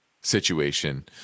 situation